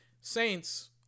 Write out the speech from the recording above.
Saints